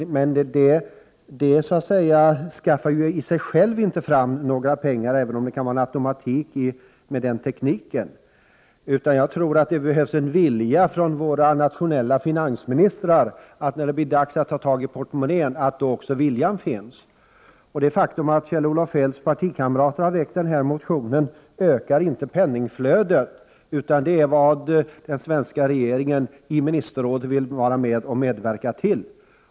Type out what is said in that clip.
Men detta skaffar ju i sig självt inte fram några pengar, även om det kan'ligga en automatik i denna teknik. Jag tror att det är nödvändigt att finansministrarna i de olika länderna, när det blir dags att ta fram portmonnän, visar att också viljan finns. Det faktum att Kjell-Olof Feldts partikamrater har väckt den aktuella motionen ökar inte penningflödet, utan det är vad den svenska regeringen i ministerrådet vill medverka till som betyder något.